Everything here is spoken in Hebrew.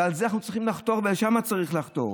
ולזה אנחנו צריכים לחתור ולשם צריך לחתור.